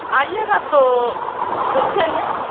आइएगा तो देखेंगे